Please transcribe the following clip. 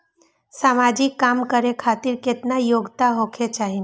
समाजिक काम करें खातिर केतना योग्यता होके चाही?